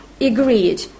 agreed